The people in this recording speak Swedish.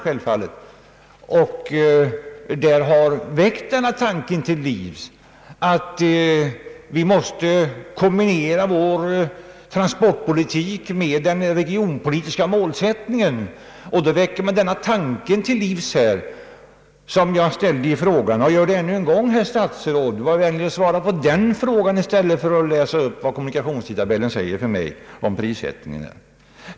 Jag har därför väckt den tanken till liv att vi måste kombinera vår transportpolitik med den regionpolitiska målsättningen. Jag ställde en fråga och gör det ännu en gång, herr statsråd. Var vänlig att svara på den frågan i stället för att läsa upp för mig vad kommunikationstabellen säger om prissättningarna!